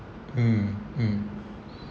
mm mm